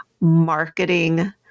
marketing